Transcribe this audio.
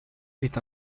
est